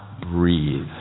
breathe